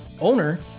owner